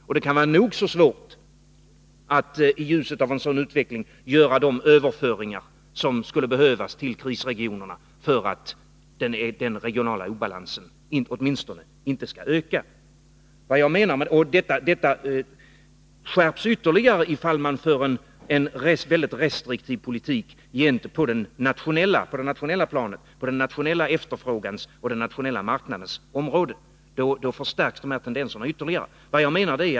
Och det kan vara nog så svårt att i ljuset av en sådan utveckling göra de överföringar som skulle behövas till krisregionerna för att den regionala obalansen åtminstone inte skall öka. Dessa tendenser skärps ytterligare ifall man för en mycket restriktiv politik på det nationella planet, på den nationella efterfrågans och den nationella marknadens områden.